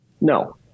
no